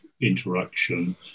interaction